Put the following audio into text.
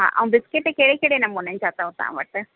हा ऐं बिस्किट कहिड़े कहिड़े नमूने जा अथव तव्हां वटि